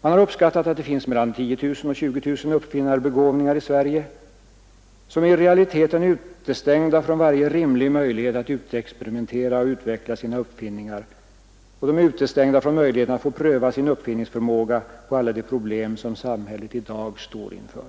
Man har uppskattat att det finns mellan 10 000 och 20 000 uppfinnarbegåvningar i Sverige, vilka i realiteten är utestängda från varje rimlig möjlighet att utexperimentera och utveckla sina uppfinningar och utestängda från möjligheten att få pröva sin uppfinningsförmåga på alla de problem som samhället i dag står inför.